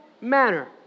manner